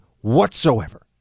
whatsoever